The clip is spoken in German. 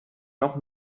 noch